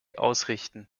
ausrichten